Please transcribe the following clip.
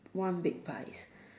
one big pie